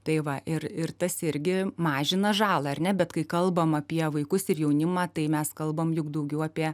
tai va ir ir tas irgi mažina žalą ar ne bet kai kalbam apie vaikus ir jaunimą tai mes kalbam juk daugiau apie